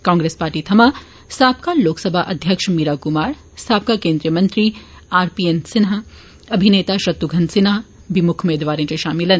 Congress party थमां साबका लोकसभा अध्यक्ष मीरा कुमार साबका केन्द्रीय मंत्री आर पी एन सिंह अभिनेता शत्रुघ्न सिन्हा बी मुक्ख मेदवारें च शामल न